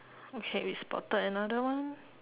okay we spotted another one